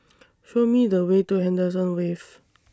Show Me The Way to Henderson Wave